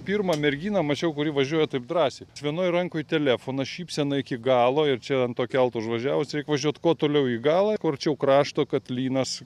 pirmą merginą mačiau kuri važiuoja taip drąsiai vienoj rankoje telefonas šypsena iki galo ir čia ant to kelto užvažiavus reik važiuot kuo toliau į galą kuo arčiau krašto kad lynas